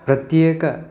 प्रत्येकं